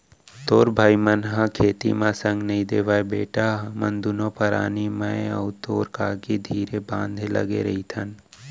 तोर भाई मन ह खेती म संग नइ देवयँ बेटा हमन दुनों परानी मैं अउ तोर काकी धीरे बांधे लगे रइथन